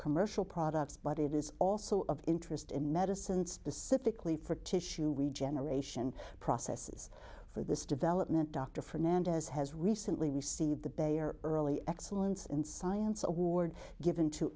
commercial products but it is also of interest in medicine specifically for tissue regeneration processes for this development dr fernandez has recently received the bayer early excellence in science award given to